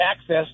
access